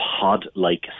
pod-like